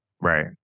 Right